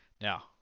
Now